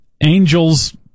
angel's